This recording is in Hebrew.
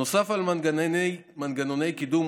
נוסף על מנגנוני קידום,